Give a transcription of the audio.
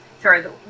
Sorry